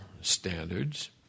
standards